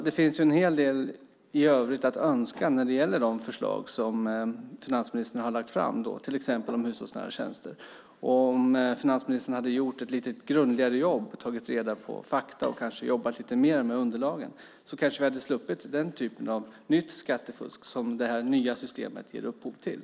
Det finns en hel del i övrigt att önska när det gäller de förslag som finansministern har lagt fram, till exempel om hushållsnära tjänster. Om finansministern hade gjort ett lite grundligare jobb med underlagen och tagit reda på fakta kanske vi hade sluppit den typen av nytt skattefusk som det här nya systemet ger upphov till.